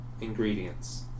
ingredients